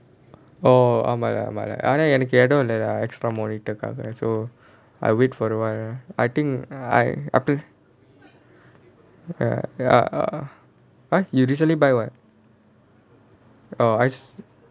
oh ஆமாலா ஆமாலா ஆனா எனக்கு இடம் இல்லலா:aamaala aamaala aanaa enakku idam illalaa extra monitor cover so I wait for awhile ah I think I up to ya orh orh why you recently buy what[orh] I s~